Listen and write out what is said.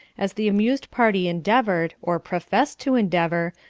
as the amused party endeavoured, or professed to endeavour,